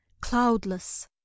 cloudless